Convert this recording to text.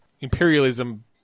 imperialism